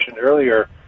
earlier